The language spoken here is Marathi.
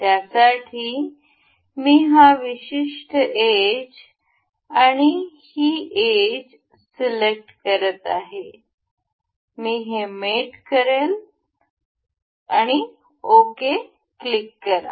त्यासाठी मी हा विशिष्ट एज आणि ही एज सिलेक्ट करत आहे मी हे मेट करेल तुम्ही ओके क्लिक करा